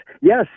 Yes